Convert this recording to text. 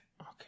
Okay